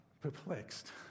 perplexed